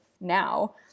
now